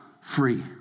free